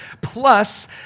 Plus